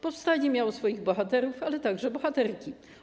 Powstanie miało swoich bohaterów, ale także bohaterki.